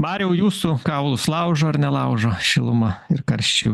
mariau jūsų kaulus laužo ar nelaužo šiluma ir karščių